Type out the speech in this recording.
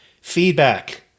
Feedback